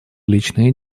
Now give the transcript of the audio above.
личное